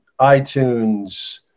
iTunes